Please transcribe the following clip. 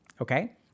Okay